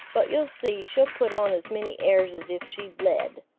but you'll see she'll put on as many airs as if she'd led.